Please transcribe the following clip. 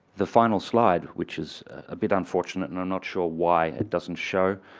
the final slide which is ah but unfortunate and not sure why it doesn't show.